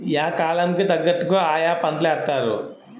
yeah కాలం కి తగ్గట్టుగా ఆయా పంటలేత్తారు